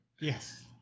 Yes